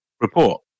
report